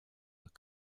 were